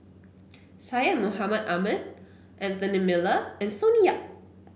Syed Mohamed Ahmed Anthony Miller and Sonny Yap